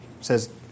says